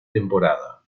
temporada